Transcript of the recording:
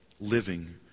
Living